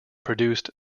produced